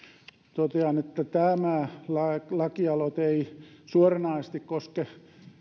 totean että tämä lakialoite ei suoranaisesti koske